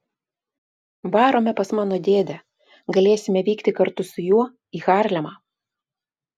varome pas mano dėdę galėsime vykti kartu su juo į harlemą